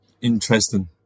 interesting